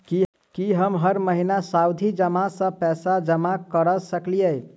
की हम हर महीना सावधि जमा सँ पैसा जमा करऽ सकलिये?